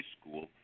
school